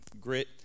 grit